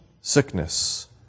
sickness